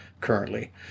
currently